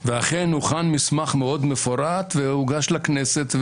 ואכן הוכן מסמך מאוד מפורט והוגש לכנסת,